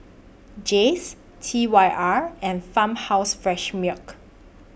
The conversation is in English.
Jays T Y R and Farmhouse Fresh Milk